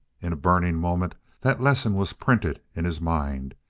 in a burning moment that lesson was printed in his mind,